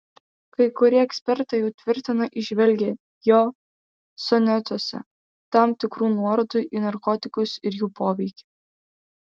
kai kurie ekspertai jau tvirtina įžvelgią jo sonetuose tam tikrų nuorodų į narkotikus ir jų poveikį